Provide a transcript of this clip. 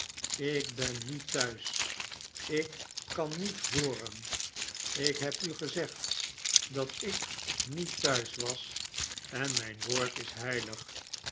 ik ben niet thuis ik kan niet hooren ik heb u gezegd dat ik niet thuis was en mijn woord is heilig